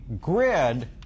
grid